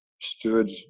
stood